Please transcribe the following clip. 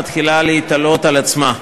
מתחילה להתעלות על עצמה.